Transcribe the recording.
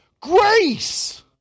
Grace